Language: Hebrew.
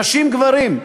נשים גברים.